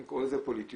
אני קורא לזה פוליטיות,